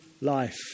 life